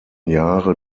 jahre